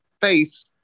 face